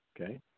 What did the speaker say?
okay